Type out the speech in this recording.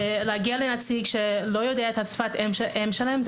להגיע לנציג שלא יודע את שפת האם שלהם זה